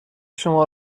شما